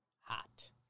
Hot